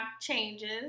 changes